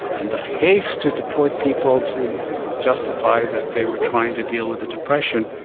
in the haste to deport people to justify that they were trying to deal with the depression,